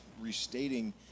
restating